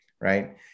right